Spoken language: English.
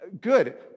good